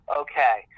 okay